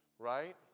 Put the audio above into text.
Right